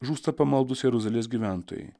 žūsta pamaldūs jeruzalės gyventojai